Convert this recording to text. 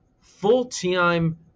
full-time